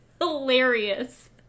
hilarious